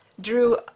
drew